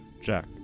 jack